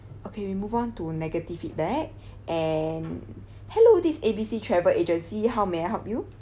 okay we move on to negative feedback and hello this is A B C travel agency how may I help you